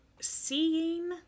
seeing